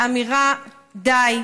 לאמירה: די,